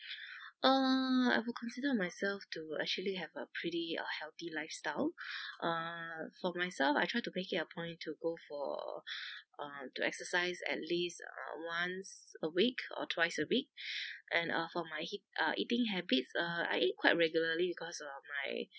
uh I will consider myself to actually have a pretty uh healthy lifestyle uh for myself I try to make it a point to go for um to exercise at least uh once a week or twice a week and uh for my he~ uh eating habits uh I eat quite regularly because uh my